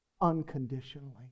unconditionally